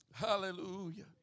Hallelujah